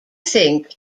think